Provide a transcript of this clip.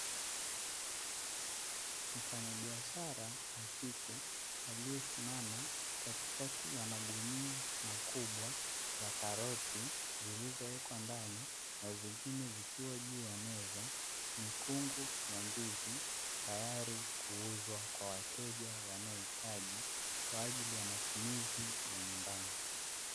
Mfanyabiashara wa kike aliyesimama katikati ya magunia makubwa ya karoti zilizowekwa ndani zingine zikiwa juu ya meza, mikungu ya ndizi tayari kuuzwa kwa wateja wanaohitaji kwa ajili ya matumizi ya nyumbani.